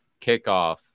kickoff